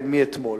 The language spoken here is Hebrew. מאתמול,